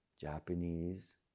Japanese